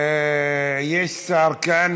יש שר כאן.